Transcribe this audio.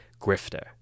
Grifter